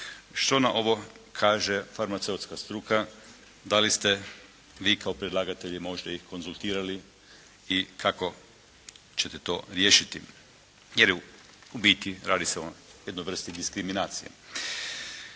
Što na ovo kaže farmaceutska struka? Da li ste vi kao predlagatelji možda i konzultirali i kako ćete to riješiti. Jer u biti radi se o jednoj vrsti diskriminacije.